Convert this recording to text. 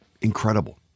Incredible